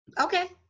Okay